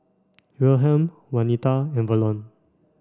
Wilhelm Wanita and Verlon